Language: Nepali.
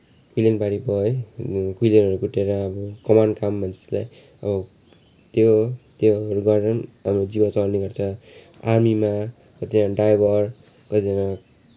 कुइलेनबारी भयो है कुइलेनहरू कुटेर अब कमानको काम भन्छ त्यसलाई अब त्यो हो त्योहरू गरेर पनि अब जीविका चलाउने गर्छ आर्मीमा कतिजना ड्राइभर कतिजना